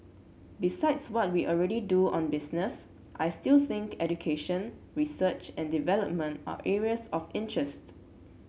besides what we already do on business I still think education research and development are areas of interest